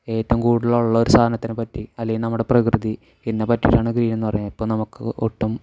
ഏറ്റവും കൂടുതൽ ഉള്ള ഒരു സാധനത്തിനെപ്പറ്റി അല്ലെങ്കിൽ നമ്മുടെ പ്രകൃതി പിന്നെ പറ്റിയിട്ടാണ് ഗ്രീൻ എന്ന് പറഞ്ഞ ഇപ്പം നമുക്ക് ഒട്ടും